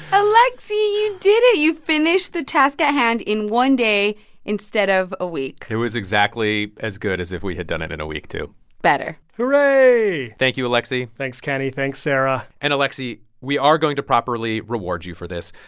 ah alexi, you did it. you finished the task at hand in one day instead of a week it was exactly as good as if we had done it in a week, too better hooray thank you, alexi thanks, kenny. thanks, sarah and, alexi, we are going to properly reward you for this.